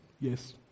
Yes